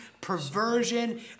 perversion